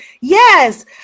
yes